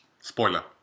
Spoiler